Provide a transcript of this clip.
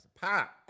pop